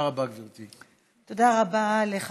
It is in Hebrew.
תודה רבה, גברתי.